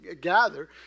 gather